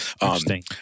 Interesting